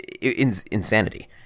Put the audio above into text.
Insanity